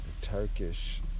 Turkish